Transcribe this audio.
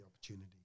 opportunity